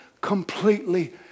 completely